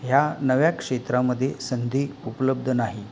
ह्या नव्या क्षेत्रामध्ये संधी उपलब्ध नाही